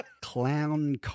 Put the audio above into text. clown